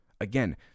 Again